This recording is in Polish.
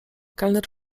kelner